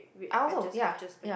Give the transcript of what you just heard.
I also okay ah ya